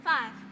Five